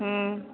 हूँ